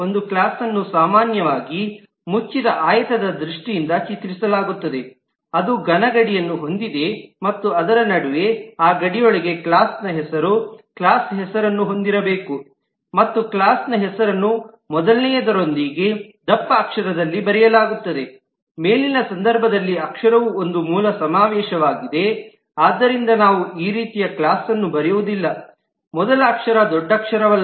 ಒಂದು ಕ್ಲಾಸ್ನ್ನು ಸಾಮಾನ್ಯವಾಗಿ ಮುಚ್ಚಿದ ಆಯತದ ದೃಷ್ಟಿಯಿಂದ ಚಿತ್ರಿಸಲಾಗುತ್ತದೆ ಅದು ಘನ ಗಡಿಯನ್ನು ಹೊಂದಿದೆ ಮತ್ತು ಅದರ ನಡುವೆ ಆ ಗಡಿಯೊಳಗೆ ಕ್ಲಾಸ್ನ ಹೆಸರು ಕ್ಲಾಸ್ ಹೆಸರನ್ನು ಹೊಂದಿರಬೇಕು ಮತ್ತು ಕ್ಲಾಸ್ದ ಹೆಸರನ್ನು ಮೊದಲನೆಯದರೊಂದಿಗೆ ದಪ್ಪ ಅಕ್ಷರದಲ್ಲಿ ಬರೆಯಲಾಗುತ್ತದೆ ಮೇಲಿನ ಸಂದರ್ಭದಲ್ಲಿ ಅಕ್ಷರವು ಒಂದು ಮೂಲ ಸಮಾವೇಶವಾಗಿದೆ ಆದ್ದರಿಂದ ನಾವು ಈ ರೀತಿಯ ಕ್ಲಾಸ್ನ್ನು ಬರೆಯುವುದಿಲ್ಲ ಮೊದಲ ಅಕ್ಷರ ದೊಡ್ಡಕ್ಷರವಲ್ಲ